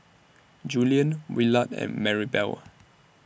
Julien Willard and Marybelle